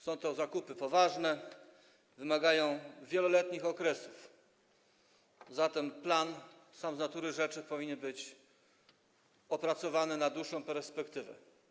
Są to zakupy poważne, wymagają wieloletnich okresów, zatem plan z natury rzeczy powinien być opracowany na dłuższą perspektywę.